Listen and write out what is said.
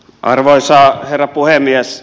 arvoisa herra puhemies